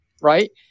right